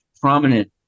prominent